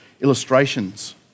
illustrations